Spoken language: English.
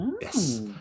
yes